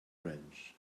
ranch